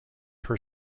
per